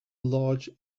large